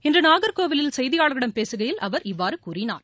இன்று நாகர்கோவிலில் செய்தியாளர்களிடம் பேசுகையில் அவர் இவ்வாறு கூறினார்